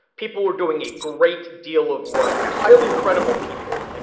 people were doing a great deal of work highly credible people, and